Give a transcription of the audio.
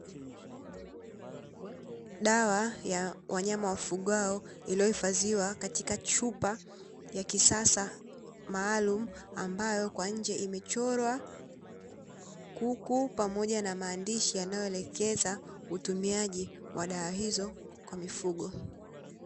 Dawa ya wanyama wafugwao iliyohifadhiwa katika chupa ya kisasa maalumu, ambayo kwa inje imechorwa kuku pamoja na maadishi yanayoelekeza utumiaji wa dawa hizo kwa mifugo.